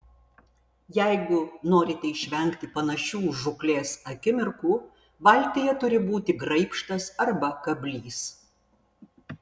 jeigu norite išvengti panašių žūklės akimirkų valtyje turi būti graibštas arba kablys